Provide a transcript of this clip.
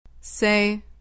Say